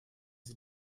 sie